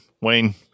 Wayne